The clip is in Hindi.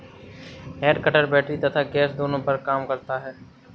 हेड कटर बैटरी तथा गैस दोनों पर काम करता है